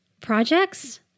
Projects